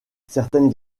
certaines